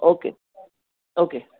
okay okay